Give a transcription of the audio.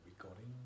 recording